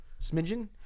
Smidgen